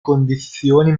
condizioni